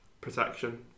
protection